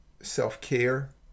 self-care